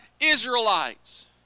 Israelites